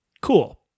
Cool